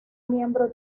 miembro